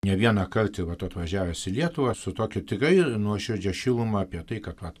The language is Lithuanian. ne vieną kartą ir vat atvažiavęs į lietuvą su tokia tikrai nuoširdžia šiluma apie tai kad vat